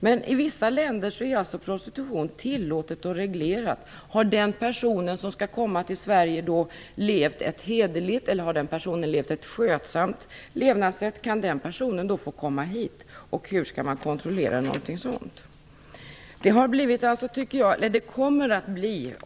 Men i vissa länder är prostitution tillåten och reglerad. Kan då den person som haft ett "hederligt" eller "skötsamt levnadssätt" få komma till Sverige? Hur skall man kontrollera något sådant?